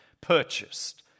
purchased